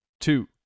two